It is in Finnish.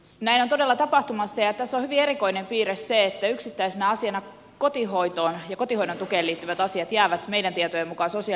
näin on todella tapahtumassa ja tässä on hyvin erikoinen piirre se että yksittäisenä asiana kotihoitoon ja kotihoidon tukeen liittyvät asiat jäävät meidän tietojemme mukaan sosiaali ja terveysministeriöön